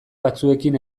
batzuekin